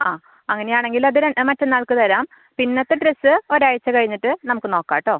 ആ അങ്ങനെയാണെങ്കിൽ അത് മറ്റന്നാൾക്ക് തരാം പിന്നത്തെ ഡ്രസ്സ് ഒരാഴ്ച കഴിഞ്ഞിട്ട് നമുക്ക് നോക്കാട്ടോ